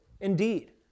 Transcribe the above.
Indeed